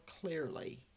clearly